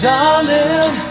Darling